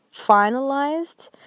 finalized